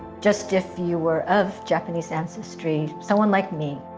just if you were of japanese ancestry, someone like me,